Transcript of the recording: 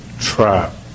trap